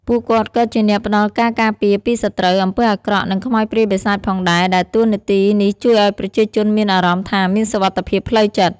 ពួកគាត់ក៏ជាអ្នកផ្តល់ការការពារពីសត្រូវ អំពើអាក្រក់ និងខ្មោចព្រាយបិសាចផងដែរ ដែលតួនាទីនេះជួយឱ្យប្រជាជនមានអារម្មណ៍ថាមានសុវត្ថិភាពផ្លូវចិត្ត។